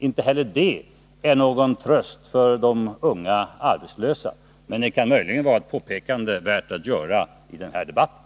Inte heller detta är någon tröst för de unga arbetslösa, men det kan möjligen vara ett påpekande värt att göra i den här debatten.